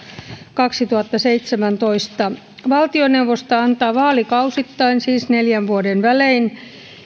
kaksituhattaseitsemäntoista valtioneuvosto antaa vaalikausittain siis neljän vuoden välein